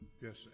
Yes